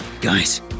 Guys